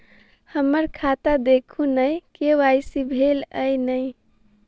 हम्मर खाता देखू नै के.वाई.सी भेल अई नै?